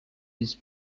his